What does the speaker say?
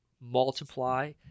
multiply